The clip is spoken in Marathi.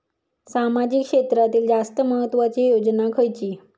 सामाजिक क्षेत्रांतील जास्त महत्त्वाची योजना खयची?